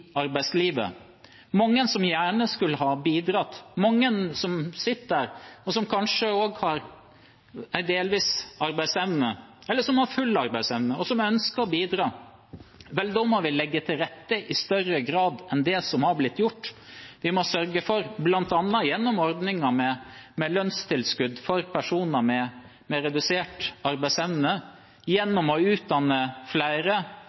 arbeidslivet. Det er mange som gjerne skulle bidratt, mange som kanskje har delvis arbeidsevne, eller som har full arbeidsevne, og som ønsker å bidra. Da må vi i større grad legge til rette enn det som har blitt gjort, bl.a. gjennom ordning med lønnstilskudd for personer med redusert arbeidsevne, gjennom å utdanne flere,